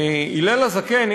הלל הזקן,